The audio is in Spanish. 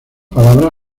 palabras